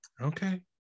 Okay